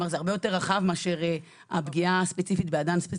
זה הרבה יותר רחב מאשר הפגיעה הספציפית באדם.